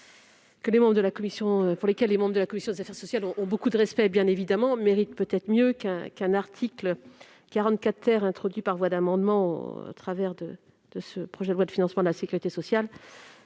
pour lesquelles les membres de la commission des affaires sociales ont beaucoup de respect, méritent mieux qu'un article introduit par voie d'amendement dans ce projet de loi de financement de la sécurité sociale